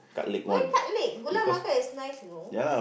why cut leg Gula-Melaka is nice you know